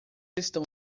estão